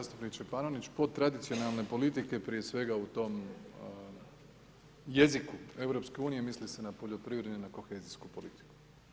Zastupniče Panenić, po tradicionalne politike, prije svega u tom jeziku EU misli se na poljoprivredu i na kohezijsku politiku.